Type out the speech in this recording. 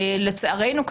לצערנו,